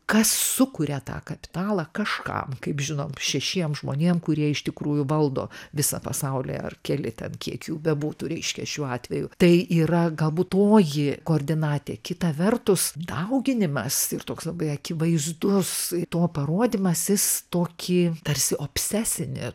kas sukuria tą kapitalą kažkam kaip žinom šešiem žmonėm kurie iš tikrųjų valdo visą pasaulį ar keli ten kiek jų bebūtų reiški šiuo atveju tai yra galbūt toji koordinatė kita vertus dauginimas ir toks labai akivaizdus to parodymas jis tokį tarsi obsesinį